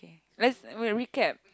K let's re~ recap